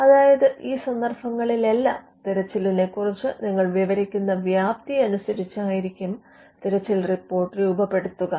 അതായത് ഈ സന്ദർഭങ്ങളിലെല്ലാം തിരച്ചിലിനെ കുറിച്ച് നിങ്ങൾ വിവരിക്കുന്ന വ്യാപ്തി അനുസരിച്ചായിരിക്കും തിരച്ചിൽ റിപ്പോർട്ട് രൂപപ്പെടുത്തുക